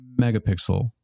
megapixel